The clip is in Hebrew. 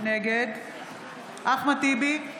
נגד אחמד טיבי,